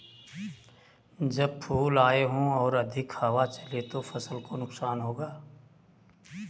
जब फूल आए हों और अधिक हवा चले तो फसल को नुकसान होगा?